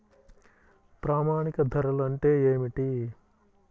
ప్రామాణిక ధరలు అంటే ఏమిటీ?